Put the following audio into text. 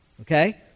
Okay